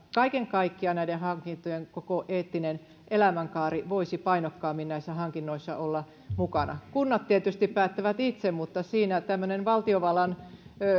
kaiken kaikkiaan näiden hankintojen koko eettinen elämänkaari voisi painokkaammin näissä hankinnoissa olla mukana kunnat tietysti päättävät itse mutta siinä tämmöinen valtiovallan